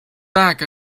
back